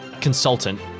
consultant